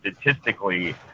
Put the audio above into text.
statistically